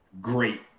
great